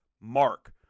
mark